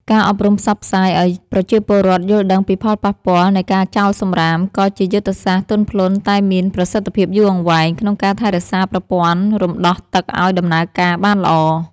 ការអប់រំផ្សព្វផ្សាយឱ្យប្រជាពលរដ្ឋយល់ដឹងពីផលប៉ះពាល់នៃការចោលសំរាម ក៏ជាយុទ្ធសាស្ត្រទន់ភ្លន់តែមានប្រសិទ្ធភាពយូរអង្វែង ក្នុងការថែរក្សាប្រព័ន្ធរំដោះទឹកឱ្យដំណើរការបានល្អ។